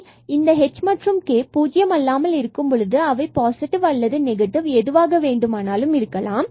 எனவே h and k 0 அல்லாமல் இருக்கும் பொழுது அவை பாசிட்டிவ் அல்லது நெகட்டிவ் எதுவாக வேண்டுமானாலும் இருக்கலாம்